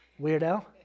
weirdo